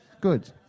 good